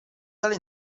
tale